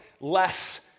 less